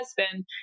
husband